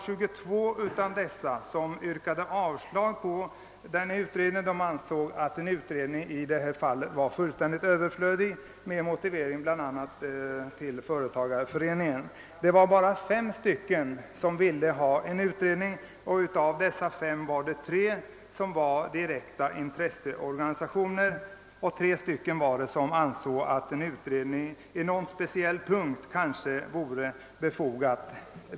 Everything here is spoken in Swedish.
22 av dessa avstyrkte en utredning, som de ansåg vara fullständigt överflödig med hänvisning bl.a. till företagareföreningsutredningen. Bara 5 remissinstanser ville ha en utredning, och av dessa 5 var 3 direkta intresseorganistationer. Ytterligare tre menade att en utredning på någon speciell punkt kanske vore befogad.